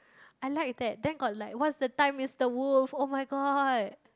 I like that then got like what's the time Mister Wolf oh-my-god